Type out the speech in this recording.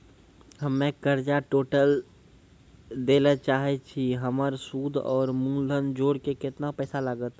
हम्मे कर्जा टोटल दे ला चाहे छी हमर सुद और मूलधन जोर के केतना पैसा लागत?